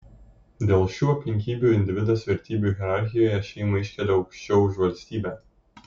dėl šių aplinkybių individas vertybių hierarchijoje šeimą iškelia aukščiau už valstybę